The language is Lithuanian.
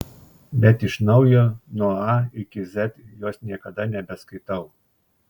bet iš naujo nuo a iki z jos niekada nebeskaitau